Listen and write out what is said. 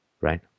right